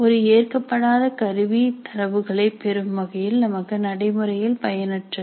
ஒரு ஏற்கப்படாத கருவி தரவுகளை பெறும் வகையில் நமக்கு நடைமுறையில் பயனற்றது